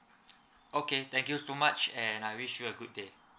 okay thank you so much and I wish you a good day